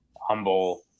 humble